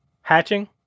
Hatching